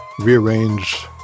rearrange